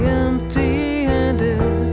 empty-handed